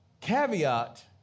Caveat